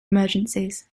emergencies